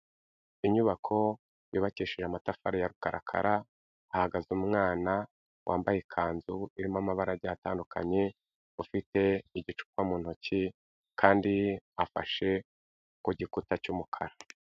Inyubako yubakishije amatafari ya rukarakara, hahagaze umwana wambaye ikanzu irimo amabara agiye atandukanye, ufite igicupa mu ntoki kandi afashe ku gikuta cy'umukara.